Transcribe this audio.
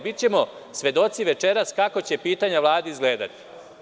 Bićemo svedoci večeras kako će pitanja Vladi izgledati.